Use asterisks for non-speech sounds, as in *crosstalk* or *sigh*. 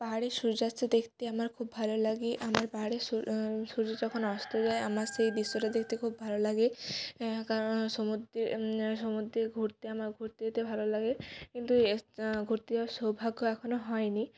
পাহাড়ে সূর্যাস্ত দেখতে আমার খুব ভালো লাগে আমার পাহাড়ে সূর্য যখন অস্ত যায় আমার সেই দৃশ্যটা দেখতে খুব ভালো লাগে কারণ সমুদ্রে সমুদ্রে ঘুরতে আমার ঘুরতে যেতে ভালো লাগে কিন্তু *unintelligible* ঘুরতে যাওয়ার সৌভাগ্য এখনও হয়নি